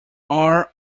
are